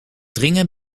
dringen